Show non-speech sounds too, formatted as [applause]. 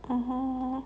[noise]